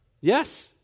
Yes